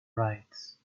rites